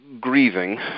grieving